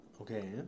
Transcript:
Okay